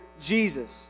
Jesus